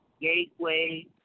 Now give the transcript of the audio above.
Gateway